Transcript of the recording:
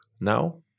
now